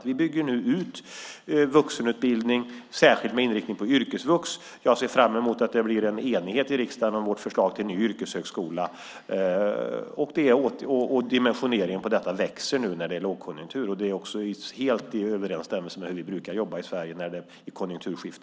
Vi bygger nu ut vuxenutbildningen, särskilt med inriktning på yrkesvux. Jag ser fram emot att det blir en enighet i riksdagen om vårt förslag till ny yrkeshögskola. Dimensioneringen på den kommer att öka när det är lågkonjunktur, och det är helt i överensstämmelse med hur vi brukar jobba i Sverige när det är konjunkturskifte.